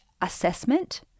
assessment